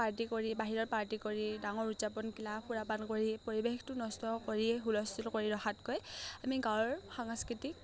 party কৰি বাহিৰৰ party কৰি ডাঙৰ উদযাপন কিলা সুৰাপান কৰি পৰিৱেশটো নষ্ট কৰিয়েই হুলস্থল কৰি ৰখাতকৈ আমি গাঁৱৰ সাংস্কৃতিক